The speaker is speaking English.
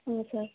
sir